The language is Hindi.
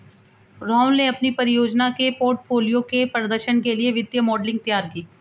राहुल ने अपनी परियोजना के पोर्टफोलियो के प्रदर्शन के लिए वित्तीय मॉडलिंग तैयार की